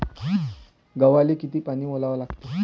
गव्हाले किती पानी वलवा लागते?